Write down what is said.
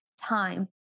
time